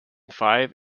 five